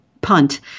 punt